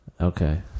Okay